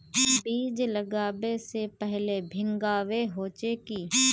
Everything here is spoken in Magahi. बीज लागबे से पहले भींगावे होचे की?